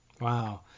Wow